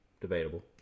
Debatable